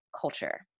culture